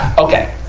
okay.